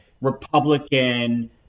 Republican